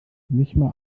nichtmal